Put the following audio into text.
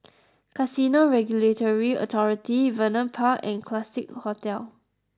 Casino Regulatory Authority Vernon Park and Classique Hotel